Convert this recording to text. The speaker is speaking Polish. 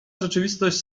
rzeczywistość